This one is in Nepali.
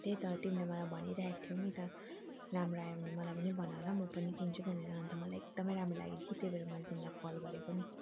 त्यही त तिमीले मलाई भनिरहेको थियौ नि त राम्रो आयो भने मलाई पनि भन ल म पनि किन्छु भनेर अन्त मलाई एकदमै राम्रो लाग्यो कि त्यही भएर मैले तिमीलाई कल गरेको नि